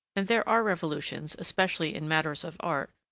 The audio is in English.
and there are revolutions, especially in matters of art,